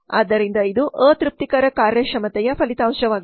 ಆದ್ದರಿಂದ ಇದು ಅತೃಪ್ತಿಕರ ಕಾರ್ಯಕ್ಷಮತೆಯ ಫಲಿತಾಂಶವಾಗಿದೆ